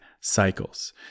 cycles